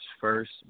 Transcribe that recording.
first